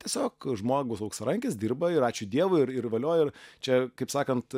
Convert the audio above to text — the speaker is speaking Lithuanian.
tiesiog žmogus auksarankis dirba ir ačiū dievui ir ir valio ir čia kaip sakant